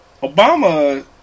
Obama